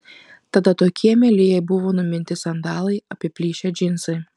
tada tokie mieli jai buvo numinti sandalai apiplyšę džinsai